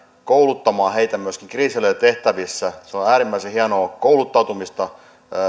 kouluttamaan heitä myöskin kriisinhallintatehtävissä se on on äärimmäisen hienoa kouluttautumista